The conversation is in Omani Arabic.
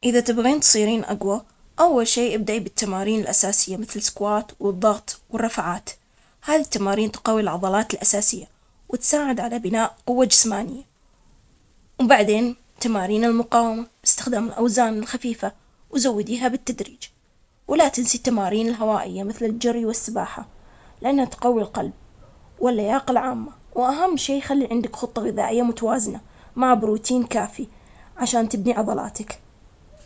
إذا تبغين تصيرين أقوى، أول شيء أبدأي بالتمارين الأساسية، مثل سكوات، والضغط والرفعات، هذه التمارين تقوي العضلات الأساسية وتساعد على بناء قوة جسمانية. وبعدين تمارين المقاومة باستخدام أوزان الخفيفة وزوديها بالتدريج. ولا تنسي التمارين الهوائية مثل الجري والسباحة لأنها تقوي القلب واللياقة العامة، وأهم شي خلي عندك خطة غذائية متوازنة مع بروتين كافي عشان تبني عضلاتك.